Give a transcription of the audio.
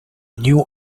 new